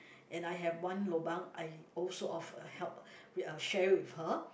and I have one lobang I also offer help share with her